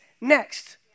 next